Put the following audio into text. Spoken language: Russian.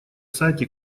сайте